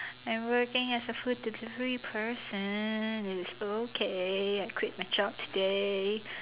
I'm working as a food delivery person it is okay I quit my job today